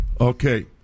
Okay